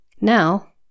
Now